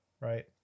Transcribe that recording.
right